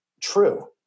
true